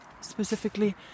specifically